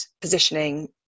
positioning